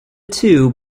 two